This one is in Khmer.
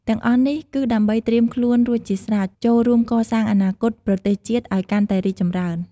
ទាំងអស់នេះ គឺដើម្បីត្រៀមខ្លួនរួចជាស្រេច ចូលរួមកសាងអនាគតប្រទេសជាតិឱ្យកាន់តែរីកចម្រើន។